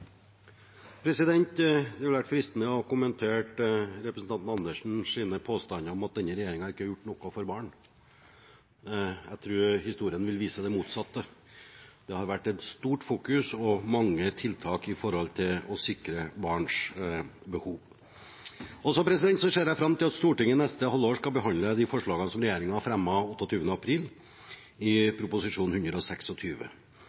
Det hadde vært fristende å kommentere representanten Andersens påstander om at denne regjeringen ikke har gjort noe for barn Jeg tror historien vil vise det motsatte. Det har vært stort fokus på og mange tiltak for å sikre barns behov. Jeg ser fram til at Stortinget neste halvår skal behandle de forslagene